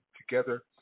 together